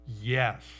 Yes